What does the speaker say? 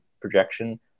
projection